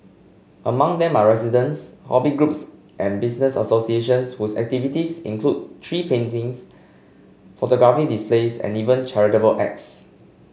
among them are residents hobby groups and business associations whose activities include tree plantings photography displays and even charitable acts